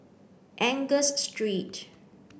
Angus Street